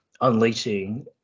unleashing